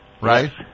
right